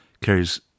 carries